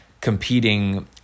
competing